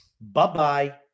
Bye-bye